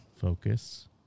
Focus